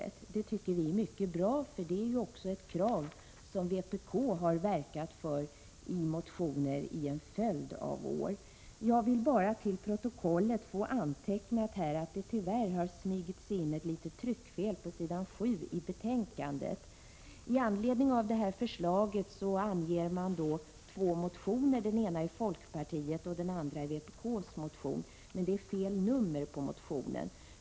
Det tycker vi är mycket bra; det är ju också ett krav som vpk har verkat för i motioner under en följd av år. Jag vill bara till protokollet få antecknat att det tyvärr har insmugit sig ett litet tryckfel på s. 7 i betänkandet. I anledning av det här förslaget anger man två motioner, den ena av folkpartiet och den andra av vpk. Men det är fel nummer på vpk-motionen.